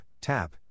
tap